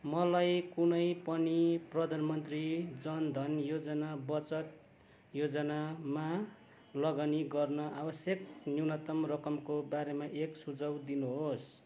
मलाई कुनै पनि प्रधानमन्त्री जन धन योजना बचत योजनामा लगानी गर्न आवश्यक न्यूनतम रकमको बारेमा एक सुझाउ दिनु होस्